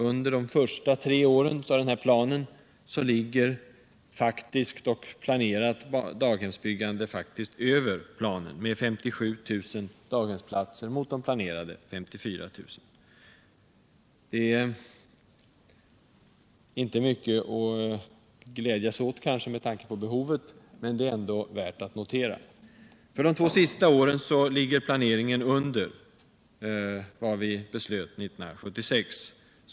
Under planens första tre år ligger det faktiska och planerade daghemsbyggandet över planen: 57 000 daghemsplatser mot planerade 54 000. Det är kanske inte mycket att glädjas åt med tanke på behovet, men det är ändå värt att notera. För de två sista åren ligger kommunernas planering under riksplanen.